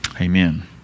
amen